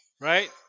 right